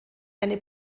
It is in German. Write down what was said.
eine